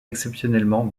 exceptionnellement